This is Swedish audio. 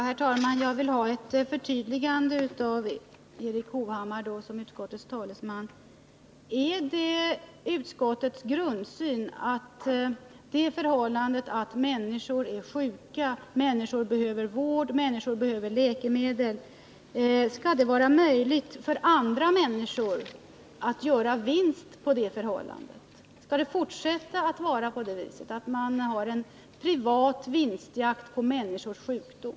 Herr talman! Jag vill ha ett förtydligande av Erik Hovhammar som utskottets talesman. Innebär utskottets grundsyn att det förhållandet att människor är sjuka och behöver vård och läkemedel skall göra det möjligt för andra människor att göra vinst? Bör det fortsätta att vara på det sättet att man har en privat vinstjakt på människors sjukdom?